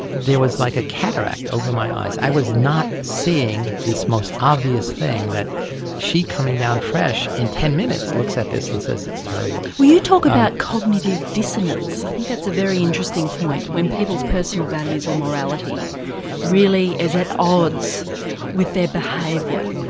there was like a cataract over my eyes, i was not seeing this most obvious thing that she coming down fresh in ten minutes looks at this and says it's terrible. well you talk about cognitive dissonance i think that's a very interesting point when people's personal values or morality really is at odds with their behaviour.